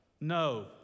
No